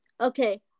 Okay